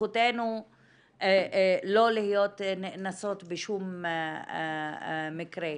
זכותנו לא להיות נאנסות בשום מקרה.